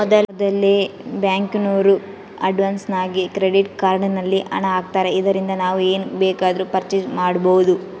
ಮೊದಲೆ ಬ್ಯಾಂಕಿನೋರು ಅಡ್ವಾನ್ಸಾಗಿ ಕ್ರೆಡಿಟ್ ಕಾರ್ಡ್ ನಲ್ಲಿ ಹಣ ಆಗ್ತಾರೆ ಇದರಿಂದ ನಾವು ಏನ್ ಬೇಕಾದರೂ ಪರ್ಚೇಸ್ ಮಾಡ್ಬಬೊದು